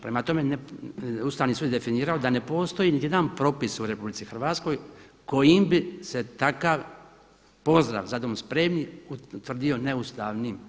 Prema tome, Ustavni sud je definirao da ne postoji niti jedan propis u RH kojim bi se takav pozdrav „za dom spremni“ utvrdio neustavnim.